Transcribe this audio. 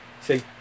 see